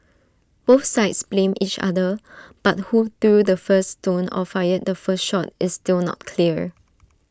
both sides blamed each other but who threw the first stone or fired the first shot is still not clear